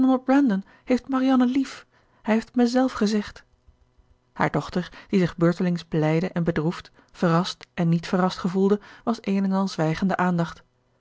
heeft marianne lief hij heeft het mij zelf gezegd haar dochter die zich beurtelings blijde en bedroefd verrast en niet verrast gevoelde was een en al zwijgende aandacht